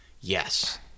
Yes